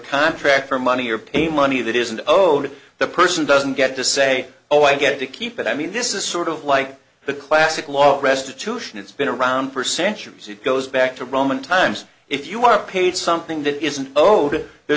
contract or money or pay money that isn't owing to the person doesn't get to say oh i get to keep it i mean this is sort of like the classic law of restitution it's been around for centuries it goes back to roman times if you are paid something that isn't oh good there